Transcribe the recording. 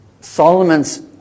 Solomon's